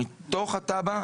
מתוך התב"ע,